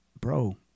bro